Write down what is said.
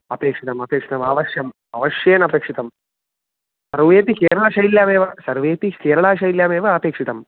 अपेक्षितम् अपेक्षितम् आवश्यम् अवश्येन अपेक्षितम् सर्वेऽपि केरळाशैल्यामेव सर्वेऽपि केरळाशैल्यामेव अपेक्षितम्